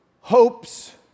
hopes